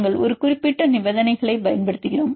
நாங்கள் ஒரு குறிப்பிட்ட நிபந்தனைகளைப் பயன்படுத்துகிறோம்